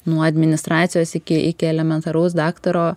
nuo administracijos iki iki elementaraus daktaro